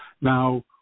Now